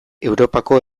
europako